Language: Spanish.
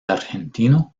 argentino